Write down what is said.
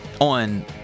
on